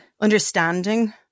understanding